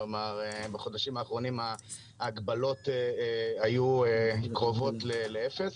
כלומר, בחודשים האחרונים ההגבלות היו קרובות לאפס,